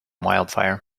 wildfire